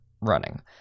running